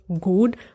good